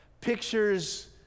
pictures